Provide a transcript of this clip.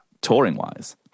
touring-wise